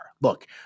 Look